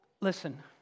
Listen